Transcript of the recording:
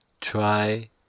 Try